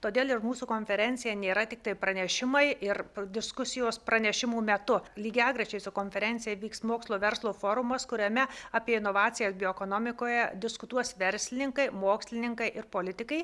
todėl ir mūsų konferencija nėra tiktai pranešimai ir diskusijos pranešimų metu lygiagrečiai su konferencija vyks mokslo verslo forumas kuriame apie inovacijas bioekonomikoje diskutuos verslininkai mokslininkai ir politikai